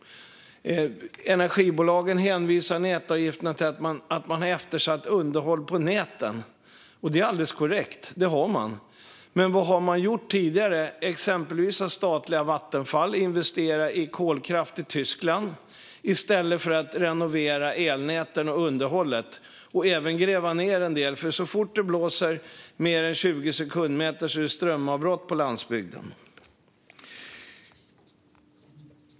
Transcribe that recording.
Energibolagen hänvisar nätavgifterna till eftersatt underhåll på näten. Det är alldeles korrekt. Men vad har gjorts tidigare? Exempelvis har statliga Vattenfall investerat i kolkraft i Tyskland i stället för att renovera elnäten och sköta underhållet. Man har även grävt ned en del. Så fort det blåser mer än 20 sekundmeter blir det strömavbrott på landsbygden.